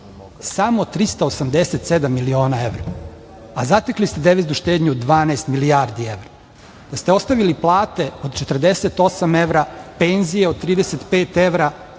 samo 387 miliona evra, a zatekli ste deviznu štednju od 12 milijardi evra, da ste ostavili plate od 48 evra, penzije od 35 evra,